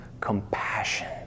compassion